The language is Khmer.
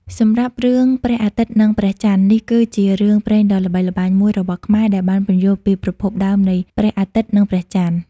សម្រាប់ រឿងព្រះអាទិត្យនិងព្រះចន្ទនេះគឺជារឿងព្រេងដ៏ល្បីល្បាញមួយរបស់ខ្មែរ ដែលបានពន្យល់ពីប្រភពដើមនៃព្រះអាទិត្យនិងព្រះចន្ទ។